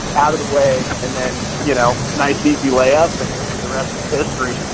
out of the way. and then, you know, nice, easy layup. and the rest history.